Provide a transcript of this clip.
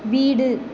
வீடு